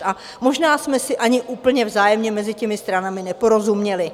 A možná jsme si ani úplně vzájemně mezi stranami neporozuměli.